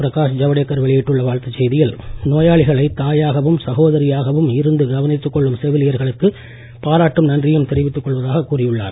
பிரகாஷ் ஜவ்டேக்கர் வெளியிட்டுள்ள வாழ்த்துச் செய்தியில் நோயாளிகளை தாயாகவும் சகோதரியாகவும் இருந்து கவனித்துக் கொள்ளும் செவிலியர்களுக்கு பாராட்டும் நன்றியும் தெரிவித்துக் கொள்வதாக கூறியுள்ளார்